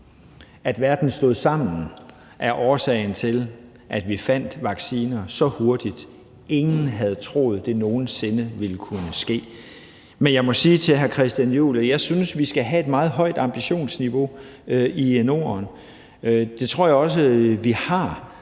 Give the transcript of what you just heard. At verden stod sammen, var årsagen til, at vi fandt vacciner så hurtigt; ingen havde troet, det nogen sinde ville kunne ske. Men jeg må sige til hr. Christian Juhl, at jeg synes, vi skal have et meget højt ambitionsniveau i Norden, og det tror jeg også vi har.